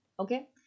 Okay